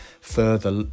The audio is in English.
further